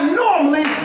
normally